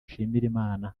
nshimirimana